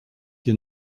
hier